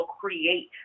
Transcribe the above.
create